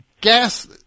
gas